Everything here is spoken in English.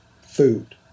food